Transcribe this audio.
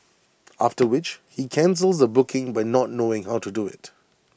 after which he cancels the booking by not knowing how to do IT